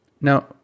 Now